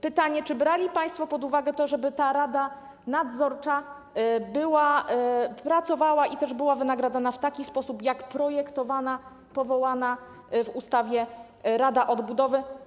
Pytanie: Czy brali państwo pod uwagę to, żeby ta rada nadzorcza pracowała i była wynagradzana w taki sposób jak projektowana, powołana w ustawie Rada Odbudowy?